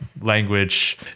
language